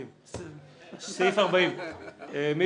מי